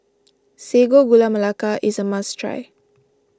Sago Gula Melaka is a must try